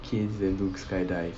caines then do skydive